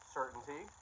certainty